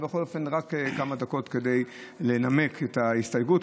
אבל בכל אופן רק כמה דקות כדי לנמק את ההסתייגות,